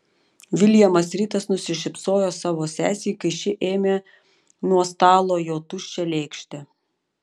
viljamas ritas nusišypsojo savo sesei kai ši ėmė nuo stalo jo tuščią lėkštę